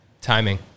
Timing